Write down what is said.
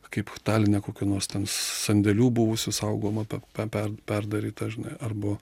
kaip taline kokių nors ten sandėlių buvusių saugoma pe per perdaryta žinai arba